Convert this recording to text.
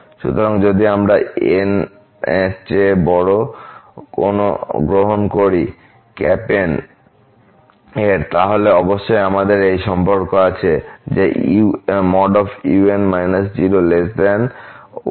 সুতরাং যদি আমরা n চেয়ে বড় কোন গ্রহণ করি N ϵ x এর তাহলে অবশ্যই আমাদের এই সম্পর্ক আছে যে un 0